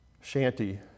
shanty